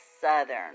Southern